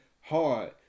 hard